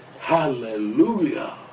hallelujah